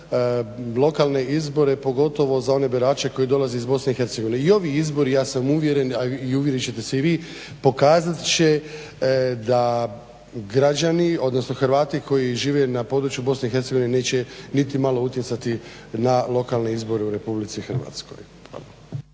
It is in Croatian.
lokalne izbore, pogotovo za one birače koji dolaze iz BiH. I ovi izbori, ja sam uvjeren a uvjerit ćete se i vi, pokazat će da građani odnosno Hrvati koji žive na području BiH neće niti malo utjecati na lokalne izbore u Republici Hrvatskoj.